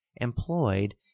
employed